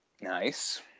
Nice